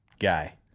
Guy